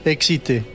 Excité